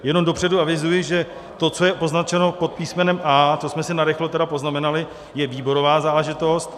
Jenom dopředu avizuji, že to, co je označeno pod písmenem A to jsme si narychlo tedy poznamenali, je výborová záležitost.